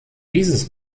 dieses